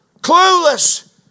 Clueless